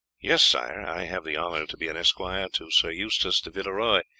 yes, sire, i have the honour to be an esquire to sir eustace de villeroy,